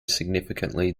significantly